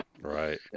Right